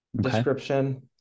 description